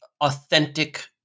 authentic